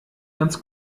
ganz